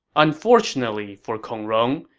unfortunately for kong rong,